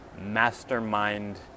mastermind